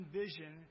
vision